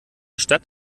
stadt